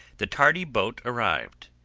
the tardy boat arrived,